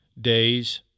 days